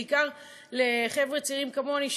בעיקר לחבר'ה צעירים כמוני,